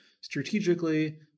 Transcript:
strategically